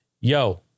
yo